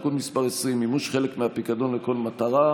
תיקון מס' 20) (מימוש חלק מהפיקדון לכל מטרה),